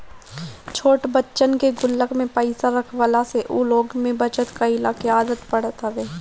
छोट बच्चन के गुल्लक में पईसा रखवला से उ लोग में बचत कइला के आदत पड़त हवे